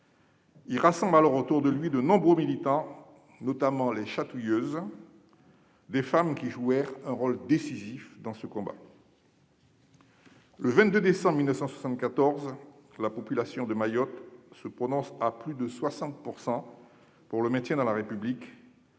Il rassemble alors autour de lui de nombreux militants, notamment les « chatouilleuses », des femmes qui jouèrent un rôle décisif dans ce combat. Le 22 décembre 1974, la population de Mayotte se prononce à plus de 60 % pour le maintien dans la République,